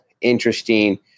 interesting